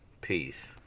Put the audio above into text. Peace